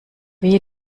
wehe